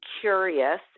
curious